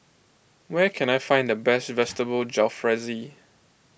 where can I find the best Vegetable Jalfrezi